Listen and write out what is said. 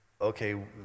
okay